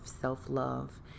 self-love